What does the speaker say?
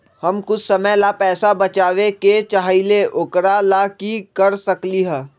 हम कुछ समय ला पैसा बचाबे के चाहईले ओकरा ला की कर सकली ह?